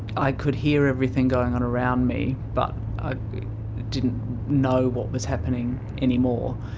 i could hear everything going on around me, but i didn't know what was happening anymore.